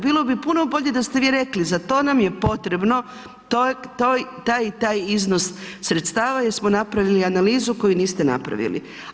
Bilo bi puno bolje da ste vi rekli za to nm je potrebno taj i taj iznos sredstava jer smo napravili analizu koju niste napravili.